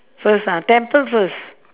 first ah temple first